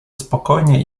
spokojnie